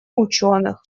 учёных